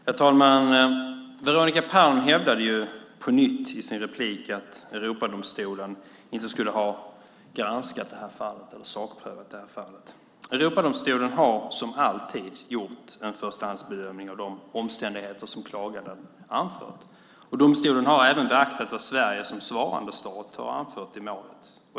Herr talman! Veronica Palm hävdade på nytt i sitt inlägg att Europadomstolen inte skulle ha granskat eller sakprövat det här fallet. Europadomstolen har, som alltid, gjort en förstahandsbedömning av de omständigheter som klaganden anfört. Domstolen har även beaktat det som Sverige som svarandestat har anfört i målet.